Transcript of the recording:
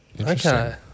Okay